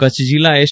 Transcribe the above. કચ્છ જિલ્લા એસ